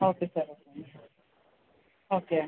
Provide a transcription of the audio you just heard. okay sir okay